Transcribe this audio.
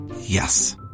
Yes